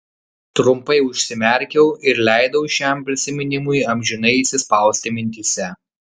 trumpai užsimerkiau ir leidau šiam prisiminimui amžinai įsispausti mintyse